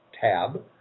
tab